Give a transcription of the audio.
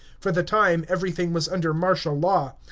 for the time everything was under martial law.